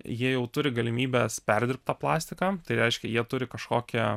jie jau turi galimybes perdirbt tą plastiką tai reiškia jie turi kažkokią